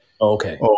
Okay